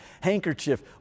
handkerchief